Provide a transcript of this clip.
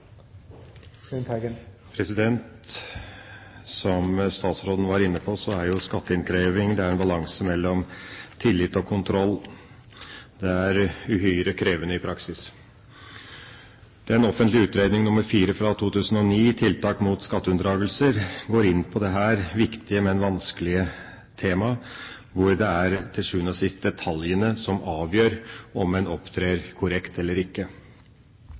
skatteinnkreving en balanse mellom tillit og kontroll. Det er uhyre krevende i praksis. Den offentlige utredningen, NOU 2009:4 Tiltak mot skatteunndragelser, går inn på dette viktige, men vanskelige temaet, hvor det til sjuende og sist er detaljene som avgjør om en opptrer korrekt eller ikke.